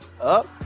up